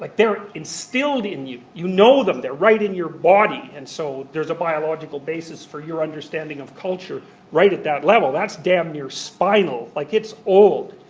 like they're instilled in you. you know them. they're right in your body. and so there's a biological basis for your understanding of culture right at that level. that's damn near spinal. like it's old.